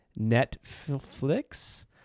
Netflix